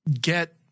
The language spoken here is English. get